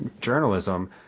journalism